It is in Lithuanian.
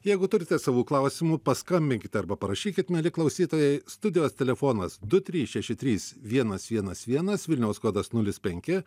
jeigu turite savų klausimų paskambinkit arba parašykit mieli klausytojai studijos telefonas du trys šeši trys vienas vienas vienas vilniaus kodas nulis penki